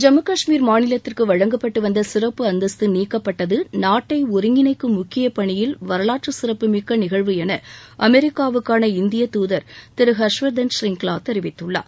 ஜம்மு கஷ்மீர் மாநிலத்திற்கு வழங்கப்பட்டு வந்த சிறப்பு அந்தஸ்து நீக்கப்பட்டது நாட்டை ஒருங்கிணைக்கும் முக்கிய பணியில் வரலாற்று சிறப்புமிக்க நிகழ்வு என அமெரிக்காவுக்கான இந்திய தூதர் திரு ஹர்ஷ்வர்தன் ஷிரிங்லா தெரிவித்துள்ளார்